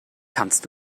kannst